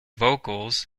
vocals